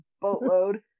boatload